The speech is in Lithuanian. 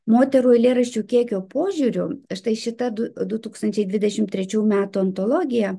moterų eilėraščių kiekio požiūriu štai šita du du tūkstančiai dvidešimt trečiųjų metų antologija